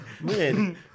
man